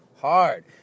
hard